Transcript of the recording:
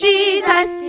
Jesus